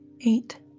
eight